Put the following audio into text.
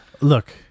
Look